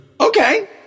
Okay